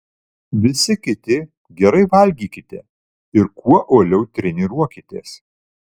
visi kiti gerai valgykite ir kuo uoliau treniruokitės